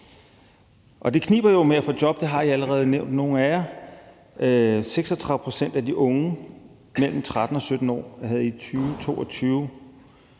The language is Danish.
Det kniber jo med at få et job; det har nogle af jer allerede nævnt. 36 pct. af de unge mellem 13 og 17 år havde i 2022